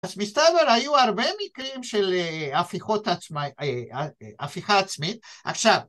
‫אז מסתבר, היו הרבה מקרים ‫של הפיכה עצמית. ‫עכשיו...